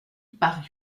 parut